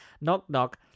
knock-knock